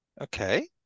Okay